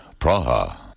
Praha